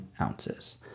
ounces